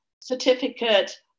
certificate